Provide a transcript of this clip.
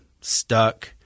stuck